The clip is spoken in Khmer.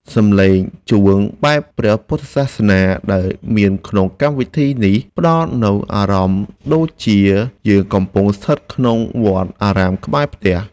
សំឡេងជួងបែបព្រះពុទ្ធសាសនាដែលមានក្នុងកម្មវិធីនេះផ្តល់នូវអារម្មណ៍ដូចជាយើងកំពុងស្ថិតនៅក្នុងវត្តអារាមក្បែរផ្ទះ។